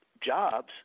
jobs